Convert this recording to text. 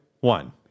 one